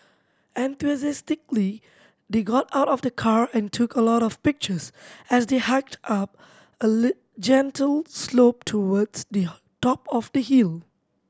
enthusiastically they got out of the car and took a lot of pictures as they hiked up a gentle slope towards the top of the hill